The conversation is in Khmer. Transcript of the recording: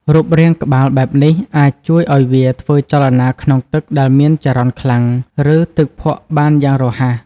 រូបរាងក្បាលបែបនេះអាចជួយវាឲ្យធ្វើចលនាក្នុងទឹកដែលមានចរន្តខ្លាំង ឬទឹកភក់បានយ៉ាងរហ័ស។